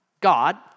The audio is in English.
God